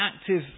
active